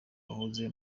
bahoze